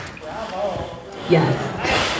Yes